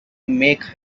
make